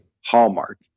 Hallmark